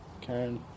Karen